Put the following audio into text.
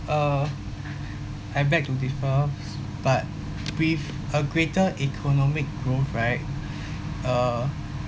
uh I beg to differ but with a greater economic growth right uh